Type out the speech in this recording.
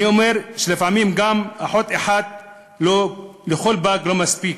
אני אומר שלפעמים גם אחות אחת לכל פג לא מספיקה.